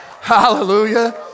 Hallelujah